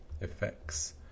effects